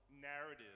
narrative